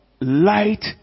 light